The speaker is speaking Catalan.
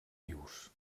vius